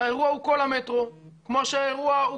האירוע הוא כל המטרו כמו שהאירוע הוא